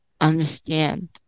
understand